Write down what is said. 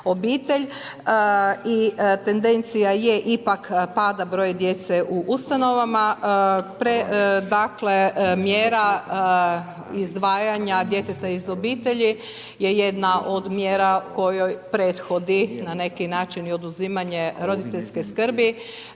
I tendencija je ipak pada broja djece u ustanovama, dakle, mjera izdvajanja djeteta iz obitelji je jedna od mjera, kojoj prethodi, na neki način oduzimanje roditeljske skrbi